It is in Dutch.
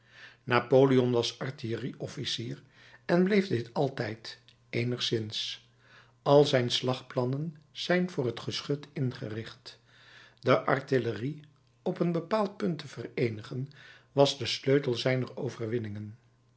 napoleon was artillerie officier en bleef dit altijd eenigszins al zijn slagplannen zijn voor het geschut ingericht de artillerie op een bepaald punt te vereenigen was de sleutel zijner overwinningen